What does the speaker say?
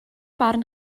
barn